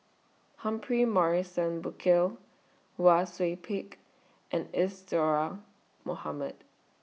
Humphrey Morrison Burkill Wang Sui Pick and Isadhora Mohamed